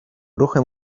ruchem